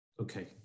Okay